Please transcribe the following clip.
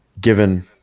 given